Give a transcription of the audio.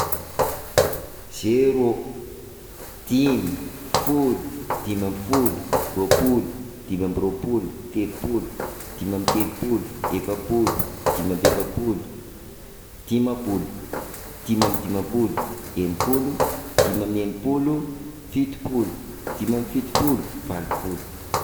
Zéro, dimy, folo, dimy amby folo, roapolo, dimy amby roapolo, telopolo, dimy amby telopolo, efapolo, dimy amby efapolo, dimapolo, dimy amby dimapolo, enipolo, dimy amby enipolo, fitopolo, dimy amby fitopolo, valopolo, dimy amby valopolo, sivifolo, dimy amby sivifolo, zato.